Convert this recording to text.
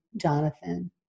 Jonathan